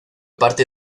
parte